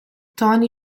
tony